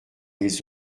les